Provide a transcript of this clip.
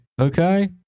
Okay